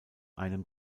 einem